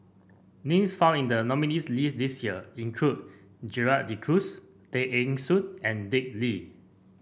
names found in the nominees' list this year include Gerald De Cruz Tay Eng Soon and Dick Lee